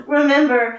Remember